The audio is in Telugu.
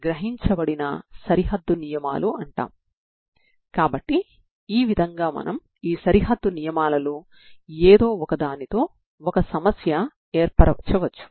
ఇప్పుడు ఇక్కడ మనం పరిష్కారాన్ని ఎలా కనుగొనాలో తెలుసుకోవాలనుకుంటున్నాము